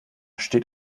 steht